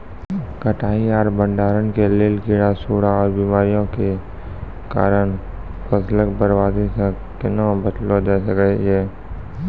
कटाई आर भंडारण के लेल कीड़ा, सूड़ा आर बीमारियों के कारण फसलक बर्बादी सॅ कूना बचेल जाय सकै ये?